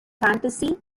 fantasy